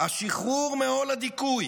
השחרור מעול הדיכוי